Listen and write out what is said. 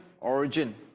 origin